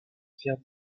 faire